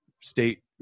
state